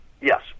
Yes